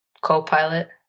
co-pilot